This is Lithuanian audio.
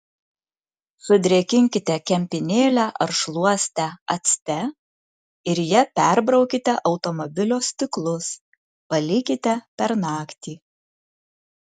sudrėkinkite kempinėlę ar šluostę acte ir ja perbraukite automobilio stiklus palikite per naktį